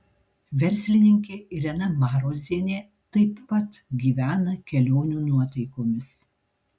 verslininkė irena marozienė taip pat gyvena kelionių nuotaikomis